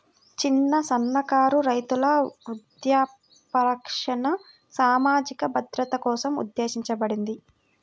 చిన్న, సన్నకారు రైతుల వృద్ధాప్య రక్షణ సామాజిక భద్రత కోసం ఉద్దేశించబడింది